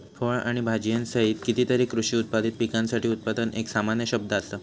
फळ आणि भाजीयांसहित कितीतरी कृषी उत्पादित पिकांसाठी उत्पादन एक सामान्य शब्द असा